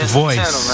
voice